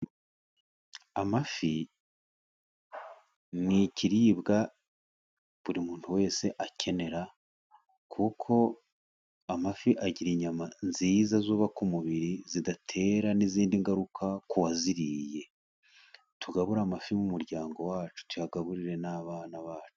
Amafi ni ikiribwa buri muntu wese akenera, kuko amafi agira inyama nziza, zubaka umubiri, zidatera n'izindi ngaruka ku waziriye. Tugabura amafi mu muryango wacu, tugaburire n'abana bacu.